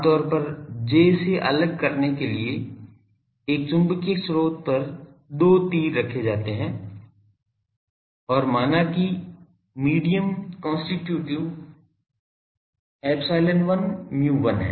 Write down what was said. आम तौर पर J से अलग करने के लिए एक चुंबकीय स्रोत पर 2 तीर रखे जाते हैं और मानाकी मीडियम कोंस्टीटूटिव ε1 μ1 है